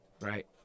right